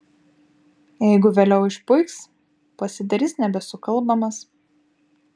jeigu vėliau išpuiks pasidarys nebesukalbamas